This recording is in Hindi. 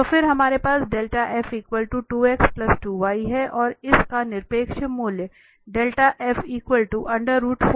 तो फिर हमारे पास है और इस का निरपेक्ष मूल्य हैं